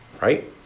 right